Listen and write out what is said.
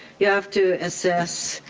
you have to assess